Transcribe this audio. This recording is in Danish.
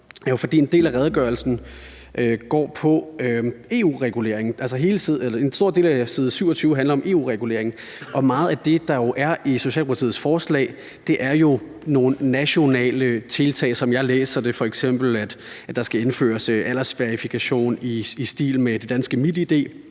jo, fordi en del af redegørelsen går på EU-regulering. En stor del af side 27 handler om EU-regulering, og meget af det, der er i Socialdemokratiets forslag, er jo nogle nationale tiltag, som jeg læser det. F.eks. at der skal indføres aldersverifikation i stil med det danske MitID